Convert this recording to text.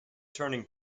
turning